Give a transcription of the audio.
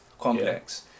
complex